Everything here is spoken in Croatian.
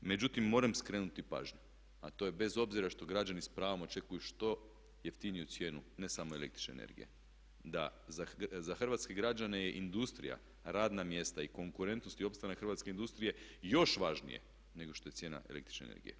Međutim, moram skrenuti pažnju a to je bez obzira što građani s pravom očekuju što jeftiniju cijenu ne samo električne energije da za hrvatske građane industrija, radna mjesta i konkurentnost i opstanak hrvatske industrije još važnije nego što je cijene električne energije.